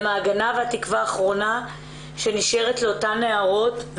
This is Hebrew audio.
הם התקווה האחרונה שנשארה לאותן נערות,